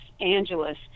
Angeles